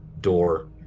door